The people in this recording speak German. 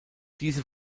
diese